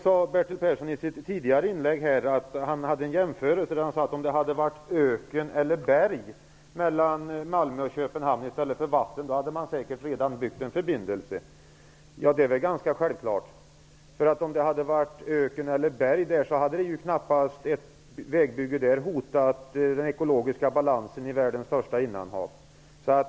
Bertil Persson sade i sitt tidigare inlägg att om det hade varit öken eller berg i stället för vatten mellan Malmö och Köpenhamn, hade man säkerligen redan byggt en förbindelse. Ja, det är ganska självklart. Om det hade varit öken eller berg där, hade vägbygget knappast hotat den ekologiska balansen i världens största innanhav.